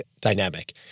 dynamic